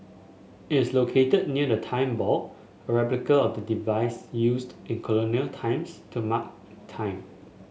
it is located near the Time Ball a replica of the device used in colonial times to mark time